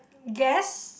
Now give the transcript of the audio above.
guess